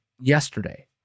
yesterday